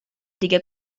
دیگه